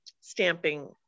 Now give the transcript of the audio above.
stamping